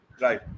right